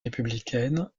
républicaine